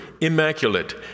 immaculate